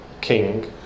king